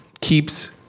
keeps